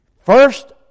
First